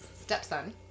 Stepson